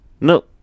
No